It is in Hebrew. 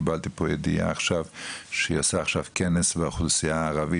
קיבלתי פה ידיעה עכשיו שהיא עושה עכשיו כנס באוכלוסיה הערבית,